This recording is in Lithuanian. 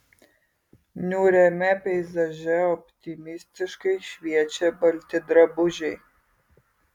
niūriame peizaže optimistiškai šviečia balti drabužiai